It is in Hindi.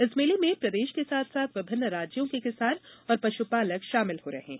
इस मेले में प्रदेश के साथ साथ विभिन्न राज्यों के किसान और पशुपालक शामिल हो रहे हैं